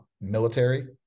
military